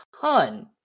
ton